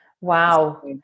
Wow